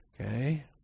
Okay